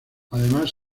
además